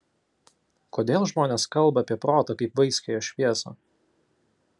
kodėl žmonės kalba apie protą kaip vaiskiąją šviesą